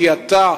כי אתה,